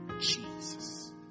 Jesus